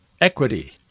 Equity